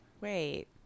Wait